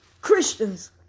Christians